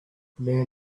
man